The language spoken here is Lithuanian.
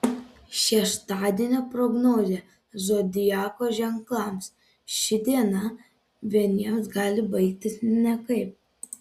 šeštadienio prognozė zodiako ženklams ši diena vieniems gali baigtis nekaip